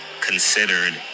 considered